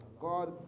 God